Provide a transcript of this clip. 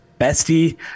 bestie